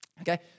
Okay